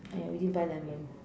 !aiya! we didn't buy lemon